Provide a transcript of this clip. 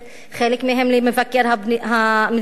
חלק מהם למבקר המדינה,